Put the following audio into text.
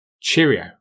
Cheerio